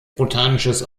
botanisches